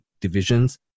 divisions